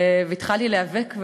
והתחלתי להיאבק ולהילחם.